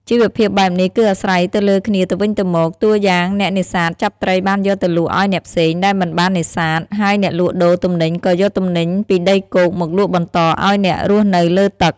ជីវភាពបែបនេះគឺអាស្រ័យទៅលើគ្នាទៅវិញទៅមក តួយ៉ាងអ្នកនេសាទចាប់ត្រីបានយកទៅលក់ឲ្យអ្នកផ្សេងដែលមិនបាននេសាទ ហើយអ្នកលក់ដូរទំនិញក៏យកទំនិញពីដីគោកមកលក់បន្តឲ្យអ្នករស់នៅលើទឹក។